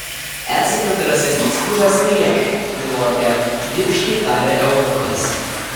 esate drąsesnis vyras nei aš milorde lipšniai tarė eunuchas